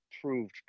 proved